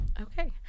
Okay